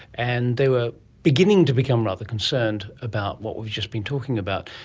and they were beginning to become rather concerned about what we've just been talking about.